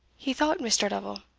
he thought, mr. lovel,